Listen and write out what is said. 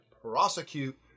prosecute